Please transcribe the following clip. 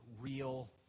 real